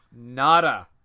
Nada